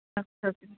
ਅੱਛਾ ਜੀ